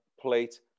plate